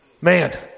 Man